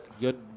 good